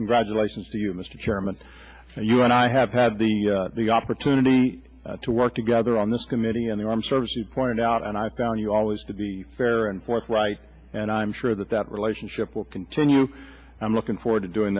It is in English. congratulations to you mr chairman you and i have had the opportunity to work together on this committee and the armed services point out and i found you always to be fair and forthright and i'm sure that that relationship will continue i'm looking forward to doing